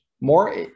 more